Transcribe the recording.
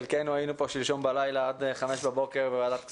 חלקנו היינו פה שלשום בלילה עד חמש בבוקר בוועדת הכספים.